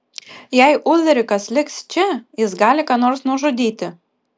jei ulrikas liks čia jis gali ką nors nužudyti